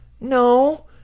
no